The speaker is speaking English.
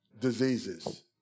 diseases